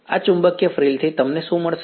આ ચુંબકીય ફ્રિલ થી તમને શું મળશે